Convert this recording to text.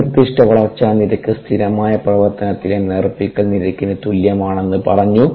ഈ നിർദ്ദിഷ്ട വളർച്ചാ നിരക്ക് സ്ഥിരമായ പ്രവർത്തനത്തിലെ നേർപ്പിക്കൽ നിരക്കിന് തുല്യമാണെന്ന് പറഞ്ഞു